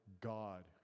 God